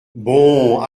bon